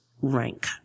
rank